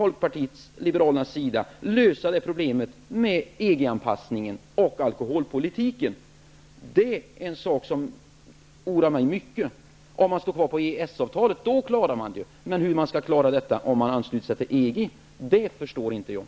Folkpartiet liberalerna lösa problemet med EG-anpassningen och alkoholpolitiken? Det är en sak som oroar mig mycket. Om man står fast vid EES-avtalet klarar man det. Men jag förstår inte hur man skall klara det om man ansluter sig till